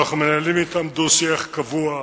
אנחנו מנהלים אתם דו-שיח קבוע,